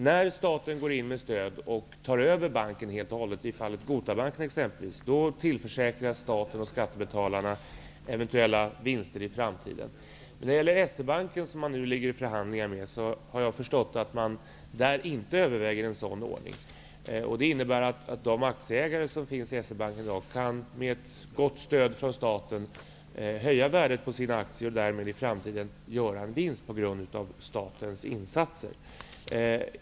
När staten går in med stöd och tar över en bank helt och hållet -- exempelvis i fallet med Gota Bank -- tillförsäkras staten och skattebetalarna eventuella vinster i framtiden. Nu ligger man i förhandlingar med S-E-Banken. Jag har förstått att man därvid inte överväger en sådan ordning. Det innebär att de aktieägare som finns i S-E-Banken i dag med gott stöd från staten kan höja värdet på sina aktier och därmed i framtiden göra en vinst, till följd av statens insatser.